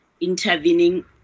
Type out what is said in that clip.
intervening